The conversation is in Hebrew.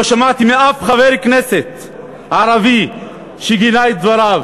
לא שמעתי אף חבר כנסת ערבי שגינה את דבריו.